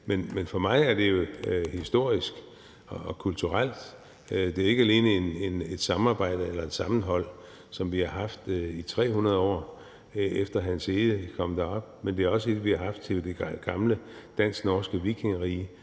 Men for mig er det jo historisk og kulturelt. Det er ikke alene et samarbejde eller et sammenhold, som vi har haft i 300 år, efter Hans Egede kom derop, men det er også et, vi har haft i det gamle dansk-norske vikingerige.